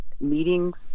meetings